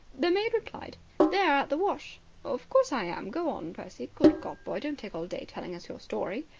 the maid replied they're at the wash of course i am. go on, percy. good god, boy, don't take all day telling us your story.